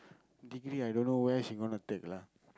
degree I don't know where she is going to take lah